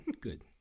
good